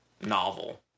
novel